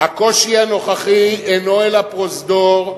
"הקושי הנוכחי אינו אלא פרוזדור,